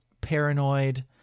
paranoid